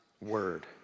word